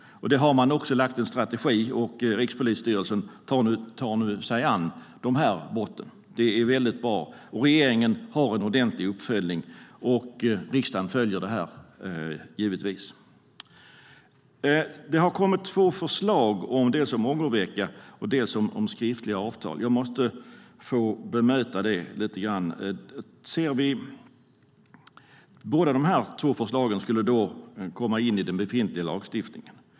Det har man också lagt fram en strategi för. Rikspolisstyrelsen tar sig nu an dessa brott. Det är väldigt bra. Regeringen har en ordentlig uppföljning, och riksdagen följer givetvis också det här. Det har kommit två förslag, dels om ångervecka, dels om skriftliga avtal. Jag måste få bemöta detta lite grann. Båda dessa förslag skulle komma in i den befintliga lagstiftningen.